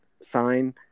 sign